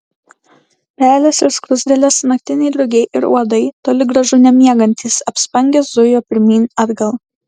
pelės ir skruzdėlės naktiniai drugiai ir uodai toli gražu nemiegantys apspangę zujo pirmyn atgal